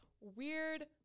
weird